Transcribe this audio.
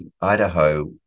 Idaho